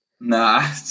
Nah